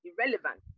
irrelevant